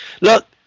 look